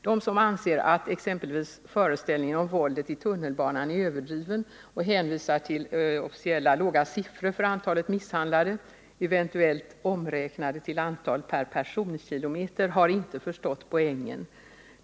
Den som anser att exempelvis föreställningen om våldet i tunnelbanan är överdriven och hänvisar till SL:s eller polisens låga siffror för antalet misshandlade, eventuellt omräknade till antal per personkilometer, har inte förstått poängen.